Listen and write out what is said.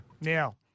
now